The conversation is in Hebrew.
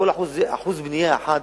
על כל אחוז בנייה יש מאבק.